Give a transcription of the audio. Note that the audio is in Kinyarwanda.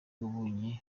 wabonye